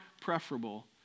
preferable